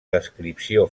descripció